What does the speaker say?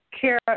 Kara